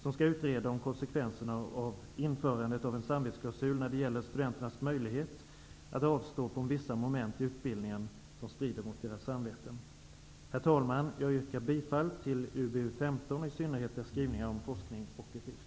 Man skall utreda konskevenserna av införandet av en samvetsklausul när det gäller studenternas möjlighet att avstå från vissa moment i utbildningen som strider mot deras samveten. Herr talman! Jag yrkar bifall till hemställan i betänkande UbU15, i synnerhet till skrivningarna om forskning och etik.